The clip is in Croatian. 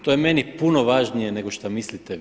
To je meni puno važnije nego šta mislite vi.